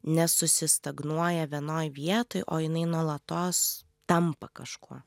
nesusistagnuoja vienoj vietoj o jinai nuolatos tampa kažkuo